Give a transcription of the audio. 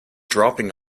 dropping